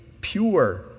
pure